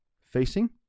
facing